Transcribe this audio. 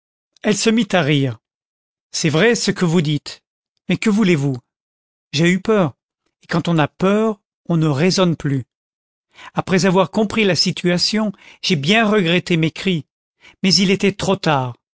elle se mit à rire c'est vrai ce que vous dites mais que voulez-vous j'ai eu peur et quand on a peur on ne raisonne plus après avoir compris la situation j'ai bien regretté mes cris mais il était trop tard